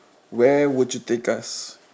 where would you take us